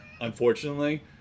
unfortunately